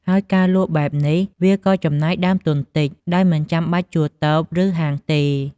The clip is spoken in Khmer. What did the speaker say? ហើយការលក់បែបនេះវាក៏ចំណាយដើមទុនតិច ដោយមិនចាំបាច់ជួលតូប ឬហាងទេ។